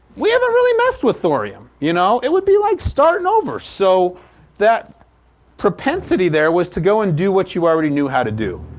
we haven't really messed with thorium. you know, it would be like starting over. so that propensity there was to go and do what you already knew how to do.